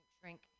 shrink